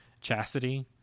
chastity